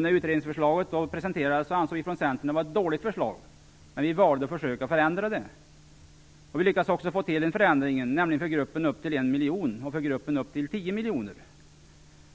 När utredningsförslaget presenterades ansåg vi i Centern att det var ett dåligt förslag, men vi valde att försöka förändra det. Vi lyckades också få till en förändring, nämligen för gruppen upp till 1 miljon kronor och för gruppen upp till